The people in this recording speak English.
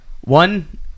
One